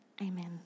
amen